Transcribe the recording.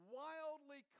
wildly